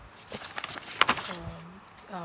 um uh